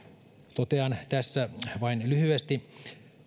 totean tässä vain lyhyesti